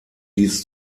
dies